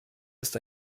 ist